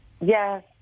Yes